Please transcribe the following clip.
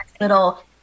little